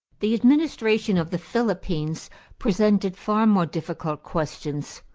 the administration of the philippines presented far more difficult questions.